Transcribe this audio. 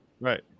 Right